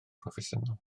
broffesiynol